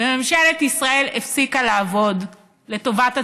וממשלת ישראל הפסיקה לעבוד לטובת הציבור,